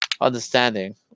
understanding